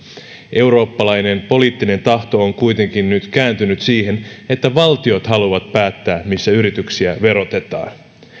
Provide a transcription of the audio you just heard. eurooppalainen poliittinen tahto on kuitenkin nyt kääntynyt siihen että valtiot haluavat päättää missä yrityksiä verotetaan